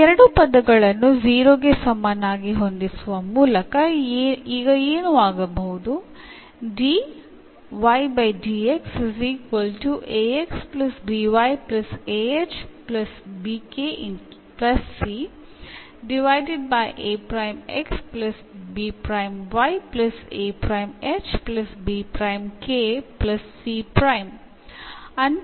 ಈ ಎರಡು ಪದಗಳನ್ನು 0 ಗೆ ಸಮನಾಗಿ ಹೊಂದಿಸುವ ಮೂಲಕ ಈಗ ಏನಾಗಬಹುದು